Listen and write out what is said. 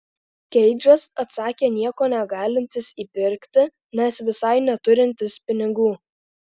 keidžas atsakė nieko negalintis įpirkti nes visai neturintis pinigų